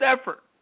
effort